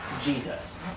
Jesus